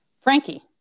Frankie